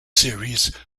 series